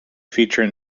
feature